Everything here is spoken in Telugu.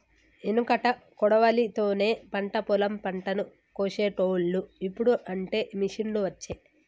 ఎనుకట కొడవలి తోనే పంట పొలం పంటను కోశేటోళ్లు, ఇప్పుడు అంటే మిషిండ్లు వచ్చే